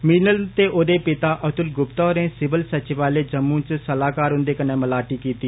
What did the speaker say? मीनाल ते ओह्दे पिता अतुल गुप्ता होरें सिवल सचिवालय जम्मू च सलाहकार हुंदे कन्नै मलाटी कीती